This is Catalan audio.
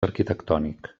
arquitectònic